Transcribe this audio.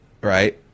Right